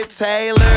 Taylor